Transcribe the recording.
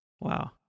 Wow